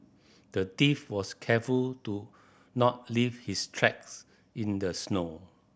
the thief was careful to not leave his tracks in the snow